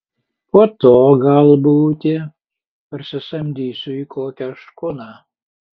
po to gal būti parsisamdysiu į kokią škuną